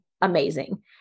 Amazing